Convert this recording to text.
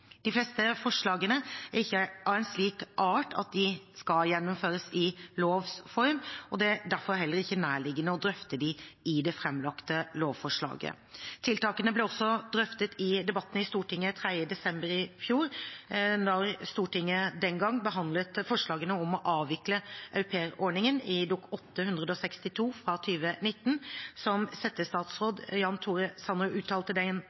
De fleste forslagene er ikke av en slik art at de skal gjennomføres i lovs form, og det er derfor ikke nærliggende å drøfte dem i det framlagte lovforslaget. Tiltakene ble også drøftet i debatten i Stortinget 3. desember i fjor, da Stortinget den gang behandlet forslagene om å avvikle aupairordningen i Dokument 8:162 S for 2018–2019. Som settestatsråd Jan Tore Sanner uttalte i den